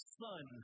son